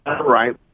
right